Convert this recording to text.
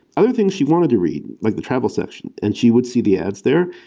other things she wanted to read, like the travel section, and she would see the ads there.